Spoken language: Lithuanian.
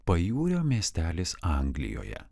pajūrio miestelis anglijoje